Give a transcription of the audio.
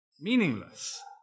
Meaningless